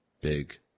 big